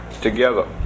together